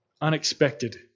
unexpected